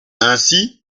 ainsi